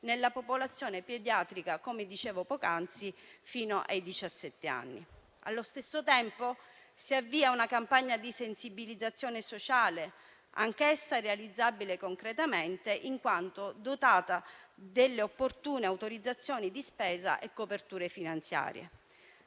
anni (come dicevo poc'anzi). Allo stesso tempo, si avvia una campagna di sensibilizzazione sociale, anch'essa realizzabile concretamente in quanto dotata delle opportune autorizzazioni di spesa e coperture finanziarie.